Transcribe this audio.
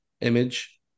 image